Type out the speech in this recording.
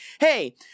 hey